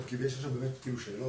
בהוראת תכ"מ יש סעיף לגבי הכנות,